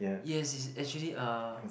yes is actually uh